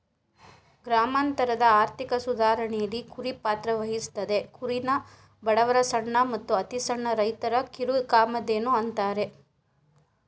ಗ್ರಾಮಾಂತರದ ಆರ್ಥಿಕ ಸುಧಾರಣೆಲಿ ಕುರಿ ಪಾತ್ರವಹಿಸ್ತದೆ ಕುರಿನ ಬಡವರ ಸಣ್ಣ ಮತ್ತು ಅತಿಸಣ್ಣ ರೈತರ ಕಿರುಕಾಮಧೇನು ಅಂತಾರೆ